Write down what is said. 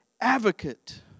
advocate